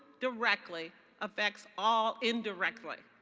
directly affects all indirectly.